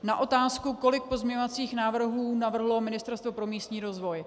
Na otázku, kolik pozměňovacích návrhů navrhlo Ministerstvo pro místní rozvoj.